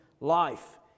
Life